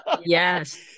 Yes